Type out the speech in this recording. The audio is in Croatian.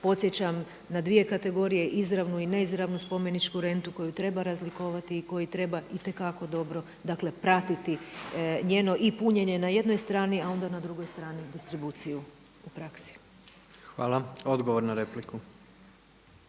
Podsjećam na dvije kategorije izravnu i neizravnu spomeničku rentu koju treba razlikovati i koju treba itekako dobro, dakle pratiti njeno i punjenje na jednoj strani a onda na drugoj strani distribuciju u praksi. **Jandroković,